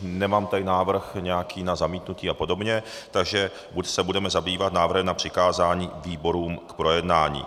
Nemám tady návrh na zamítnutí a podobně, takže se budeme zabývat návrhem na přikázání výborům k projednání.